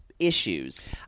Issues